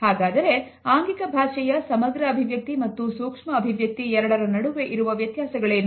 ಹಾಗಾದರೆ ಆಂಗಿಕ ಭಾಷೆಯ ಸಮಗ್ರ ಅಭಿವ್ಯಕ್ತಿ ಮತ್ತು ಸೂಕ್ಷ್ಮ ಅಭಿವ್ಯಕ್ತಿ ಎರಡರ ನಡುವೆ ಇರುವ ವ್ಯತ್ಯಾಸಗಳೇನು